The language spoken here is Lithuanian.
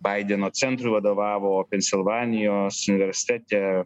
baideno centrui vadovavo pensilvanijos universitete